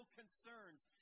concerns